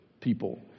people